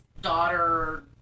daughter